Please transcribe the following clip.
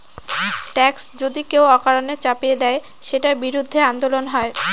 tax যদি কেউ অকারণে চাপিয়ে দেয়, সেটার বিরুদ্ধে আন্দোলন হয়